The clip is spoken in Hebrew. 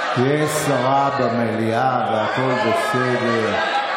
יש שרה במליאה והכול בסדר.